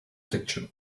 diction